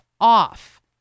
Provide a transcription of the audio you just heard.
off